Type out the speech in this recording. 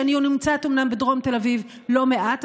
שנמצאת אומנם בדרום תל אביב לא מעט,